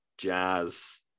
Jazz